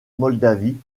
moldavie